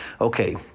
Okay